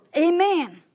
Amen